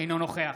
אינו נוכח